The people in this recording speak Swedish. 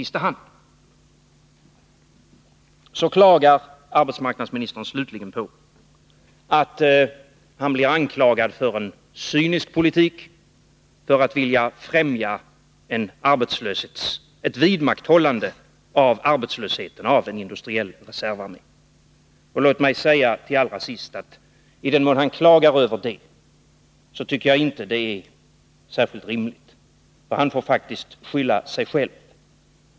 Så klagar arbetsmarknadsministern slutligen på att han blir anklagad för en cynisk politik, för att vilja främja ett vidmakthållande av en industriell reservarmé av arbetslösa. Låt mig allra sist säga att jag inte tycker att detta, i den mån arbetsmarknadsministern klagar över det, är särskilt rimligt, för han får faktiskt skylla sig själv.